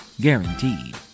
Guaranteed